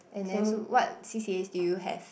and then so what C_C_As do you have